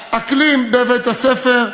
ואת האקלים בבית-הספר.